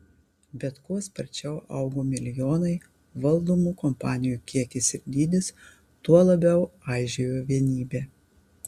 bet kuo sparčiau augo milijonai valdomų kompanijų kiekis ir dydis tuo labiau aižėjo vienybė